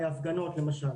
הפגנות למשל,